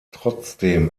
trotzdem